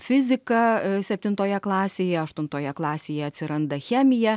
fizika septintoje klasėje aštuntoje klasėje atsiranda chemija